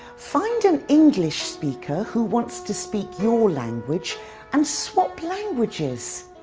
find an english speaker who wants to speak your language and swap languages.